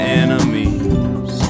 enemies